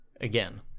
again